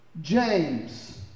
James